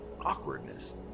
awkwardness